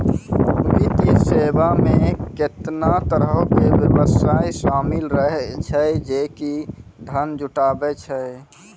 वित्तीय सेवा मे केतना तरहो के व्यवसाय शामिल रहै छै जे कि धन जुटाबै छै